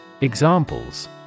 Examples